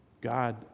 God